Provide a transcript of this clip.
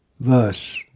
verse